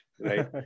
right